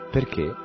Perché